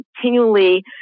continually